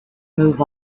move